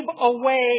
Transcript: away